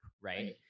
right